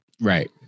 Right